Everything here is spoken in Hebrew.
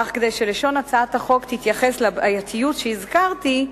אך כדי שלשון הצעת החוק תתייחס לבעייתיות שהזכרתי,